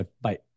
bye